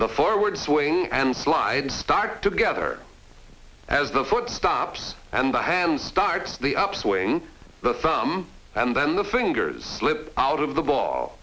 the forward swing and slide start together as the foot stops and the hands start the upswing the thumb and then the fingers slip out of the ball